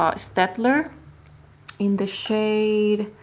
um staedtler in the shade